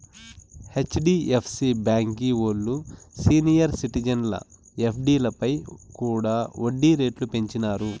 HDFC బాంకీ ఓల్లు senior సిటిజన్ల ఎఫ్డీలపై కూడా ఒడ్డీ రేట్లు పెంచినారు